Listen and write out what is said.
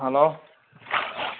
hello